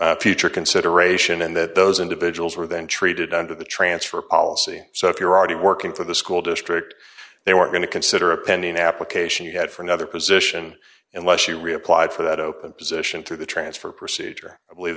for future consideration and that those individuals were then treated under the transfer policy so if you're already working for the school district they were going to consider a pending application you had for another position unless you reapply for that open position through the transfer procedure i believe